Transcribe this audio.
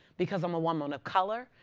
because i'm a woman of color?